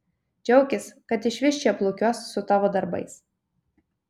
džiaukis kad išvis čia plūkiuos su tavo darbais